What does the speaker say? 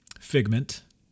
Figment